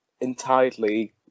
entirely